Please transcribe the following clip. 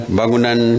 bangunan